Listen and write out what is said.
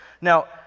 Now